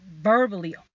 verbally